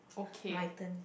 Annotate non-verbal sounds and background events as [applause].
[breath] my turn